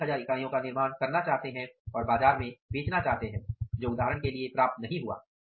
हम 1000 का निर्माण करना चाहते हैं और बाजार में बेचना चाहते हैं जो उदाहरण के लिए प्राप्त नहीं हुआ